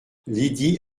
lydie